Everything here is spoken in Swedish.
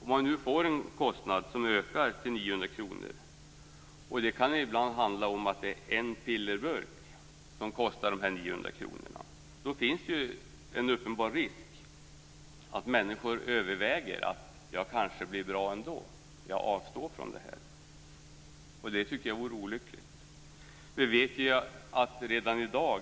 Om människor nu får en kostnad på 900 kr - ibland kan en pillerburk kosta så mycket - finns det en uppenbar risk att de tänker att de kanske blir bra ändå och avstår från medicinen. Jag tycker att det vore olyckligt. Vi vet att redan i dag